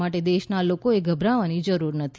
માટે દેશના લોકોએ ગભરાવાની જરૂર નથી